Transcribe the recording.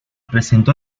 presentó